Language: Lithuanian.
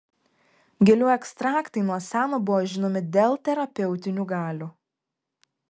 gėlių ekstraktai nuo seno buvo žinomi dėl terapeutinių galių